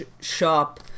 shop